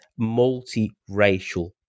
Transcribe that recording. multiracial